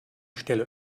stelle